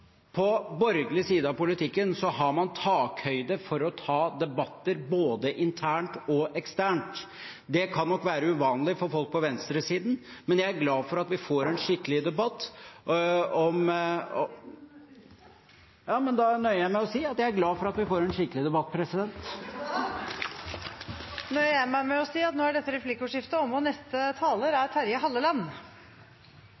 På borgerlig side av politikken har man takhøyde for å ta debatter både internt og eksternt . Det kan nok være uvanlig for folk på venstresiden, men jeg er glad for at vi får en skikkelig debatt om … Da er taletiden ute. Da nøyer jeg meg med å si at jeg er glad for at vi får en skikkelig debatt! Og da nøyer jeg meg med å si at nå er dette replikkordskiftet omme.